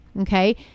Okay